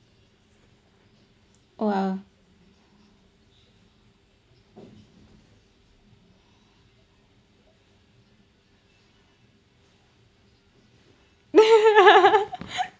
!wow!